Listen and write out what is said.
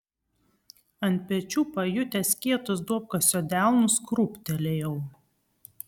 ant pečių pajutęs kietus duobkasio delnus krūptelėjau